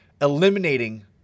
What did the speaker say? eliminating